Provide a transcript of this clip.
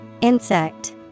Insect